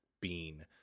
bean